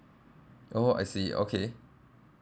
oh I see okay